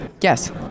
Yes